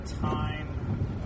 time